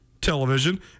Television